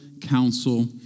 counsel